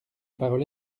parole